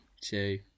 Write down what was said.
two